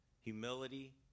humility